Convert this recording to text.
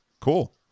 cool